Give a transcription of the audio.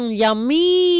yummy